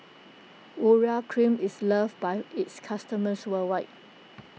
Urea Cream is loved by its customers worldwide